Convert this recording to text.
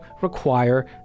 require